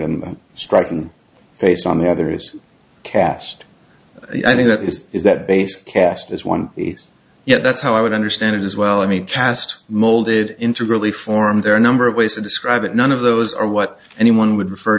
the striking face on the other is cast i think that this is that basic cast is one yet that's how i would understand it as well i mean cast molded into really form there are a number of ways to describe it none of those are what anyone would refer